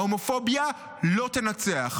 ההומופוביה לא תנצח,